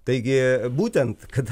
taigi būtent kad